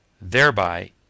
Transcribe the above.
thereby